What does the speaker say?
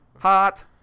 Hot